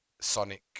sonic